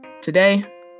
Today